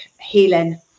healing